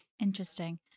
interesting